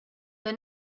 the